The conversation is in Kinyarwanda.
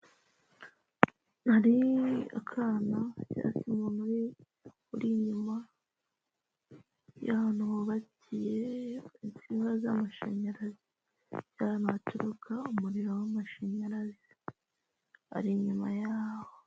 Hari akanasha umuntu wari uri inyuma y'ahantu hubakiye insinga z'amashanyarazi cyaneturuka umuriro w'amashanyarazi ari inyuma yaho